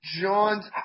John's